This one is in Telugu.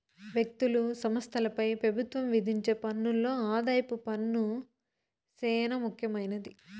వ్యక్తులు, సంస్థలపై పెబుత్వం విధించే పన్నుల్లో ఆదాయపు పన్ను సేనా ముఖ్యమైంది